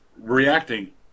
reacting